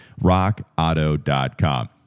rockauto.com